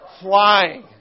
flying